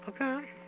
Okay